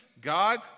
God